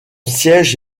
siège